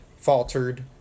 faltered